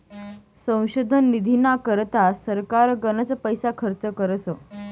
संशोधन निधीना करता सरकार गनच पैसा खर्च करस